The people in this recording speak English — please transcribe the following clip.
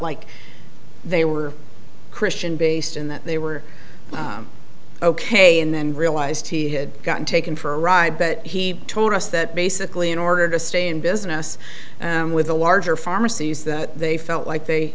like they were christian based in that they were ok and then realized he had gotten taken for a ride but he told us that basically in order to stay in business with a larger pharmacies that they felt like they